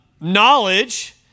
knowledge